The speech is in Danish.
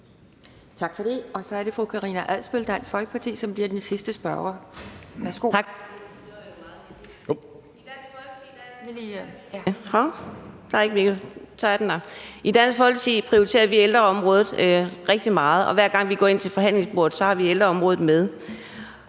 I Dansk Folkeparti prioriterer vi ældreområdet rigtig meget, og hver gang vi går ind til forhandlingsbordet, har vi ældreområdet med,